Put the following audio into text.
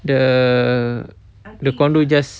the the condo just